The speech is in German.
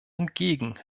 entgegen